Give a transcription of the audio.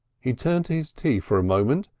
he turned to his tea for a moment,